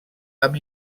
amb